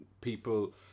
people